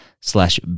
slash